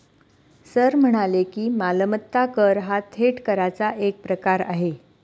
sir म्हणाले की, मालमत्ता कर हा थेट कराचा एक प्रकार आहे